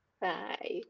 Bye